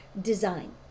design